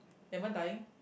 am I dying